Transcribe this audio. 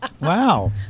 Wow